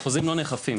החוזים לא נאכפים.